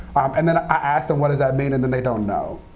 and then, i ask them, what does that mean? and then they don't know.